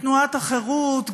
מתנועת החרות,